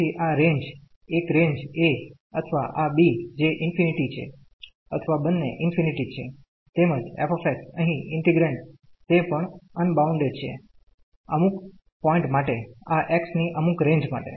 તેથી આ રેન્જ એક રેન્જ a અથવા આ b જે ∞ છે અથવા બન્ને ∞ છે તેમજ f અહી ઈન્ટિગ્રેન્ડ તે પણ અનબાઉન્ડેડ છે અમુક પોઈન્ટ માટે આ x ની અમુક રેન્જ માટે